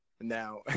now